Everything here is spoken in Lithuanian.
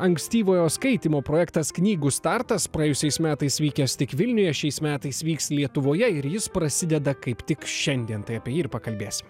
ankstyvojo skaitymo projektas knygų startas praėjusiais metais vykęs tik vilniuje šiais metais vyks lietuvoje ir jis prasideda kaip tik šiandien tai apie jį ir pakalbėsim